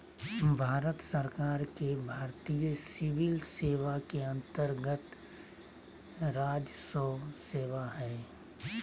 भारत सरकार के भारतीय सिविल सेवा के अन्तर्गत्त राजस्व सेवा हइ